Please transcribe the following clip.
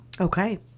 Okay